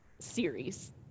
series